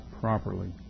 properly